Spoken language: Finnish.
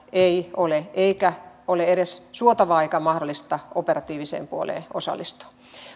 ei ole eikä ole edes suotavaa eikä mahdollista operatiiviseen puoleen osallistua